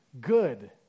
good